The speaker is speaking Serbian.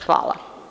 Hvala.